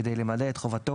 כדי למלא את חובתו